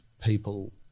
people